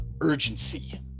urgency